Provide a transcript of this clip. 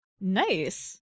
nice